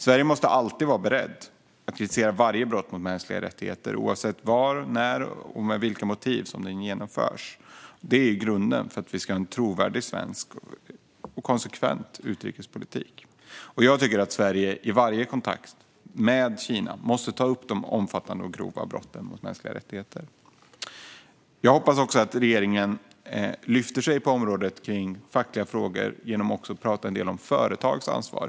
Sverige måste alltid vara berett att kritisera varje brott mot mänskliga rättigheter, oavsett var, när och med vilka motiv det sker. Det är grunden för att vi ska ha en trovärdig och konsekvent svensk utrikespolitik. Jag tycker att Sverige i varje kontakt med Kina måste ta upp de omfattande och grova brotten mot mänskliga rättigheter. Jag hoppas också att regeringen lyfter sig på området när det gäller fackliga frågor genom att även tala en del om företags ansvar.